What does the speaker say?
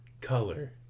color